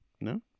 No